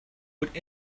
would